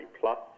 Plus